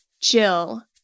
Jill